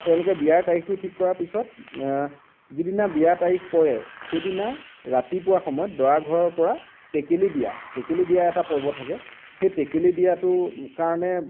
তেওঁলোকে বিয়াৰ তাৰিখটো ঠিক কৰাৰ পিছত যিদিনা বিয়াৰ তাৰিখ পৰে সেইদিনা ৰাতিপুৱা সময়ত দৰাঘৰৰ পৰা টেকেলি দিয়া টেকেলি দিয়া এটা পৰ্ব থাকে সেই টেকেলি দিয়াটো কাৰণে